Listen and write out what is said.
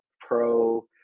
pro